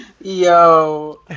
Yo